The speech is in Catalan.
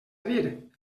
dir